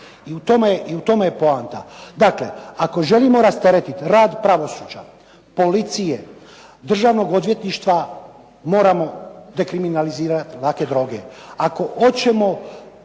I u tome je poanta. Dakle, ako želimo rasteretiti rad pravosuđa, policije, Državnog odvjetništva moramo dekriminalizirati lake droge. Ako hoćemo